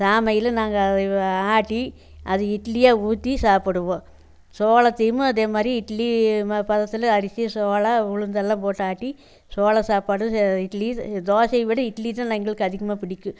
சாமையில் நாங்கள் அதை ஆட்டி அது இட்லியாக ஊற்றி சாப்பிடுவோம் சோளத்தையுமே அதேமாதிரி இட்லி பதத்தில் அரிசி சோளம் உளுந்து எல்லாம் போட்டு ஆட்டி சோள சாப்பாடு இட்லி தோசையை விட இட்லி தான் எங்களுக்கு அதிகமாக பிடிக்கும்